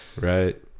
Right